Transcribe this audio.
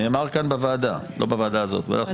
נאמר כאן בוועדת חינוך,